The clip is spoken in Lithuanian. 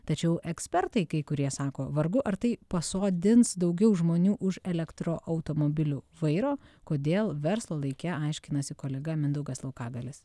tačiau ekspertai kai kurie sako vargu ar tai pasodins daugiau žmonių už elektroautomobilių vairo kodėl verslo laike aiškinasi kolega mindaugas laukagalis